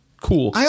cool